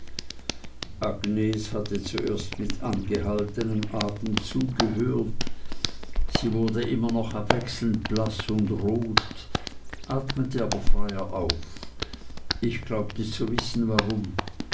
agnes hatte zuerst mit angehaltnem atem zugehört sie wurde immer noch abwechselnd blaß und rot atmete aber freier auf ich glaubte zu wissen warum